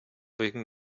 wegen